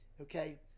Okay